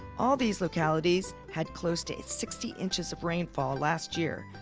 all these localities had close to sixty inches of rainfall last year.